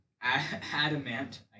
adamant